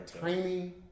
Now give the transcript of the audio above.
tiny